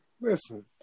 listen